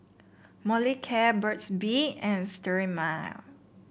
Molicare Burt's Bee and Sterimar